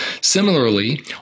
Similarly